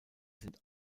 sind